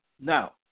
Now